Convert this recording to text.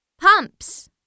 pumps